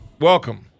Welcome